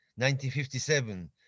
1957